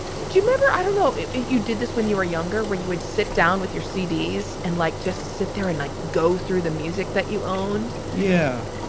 remember, i don't know if you did this when you were younger where you would sit down with your c d. and like, just sit there and like go through the music that you owned. yeah.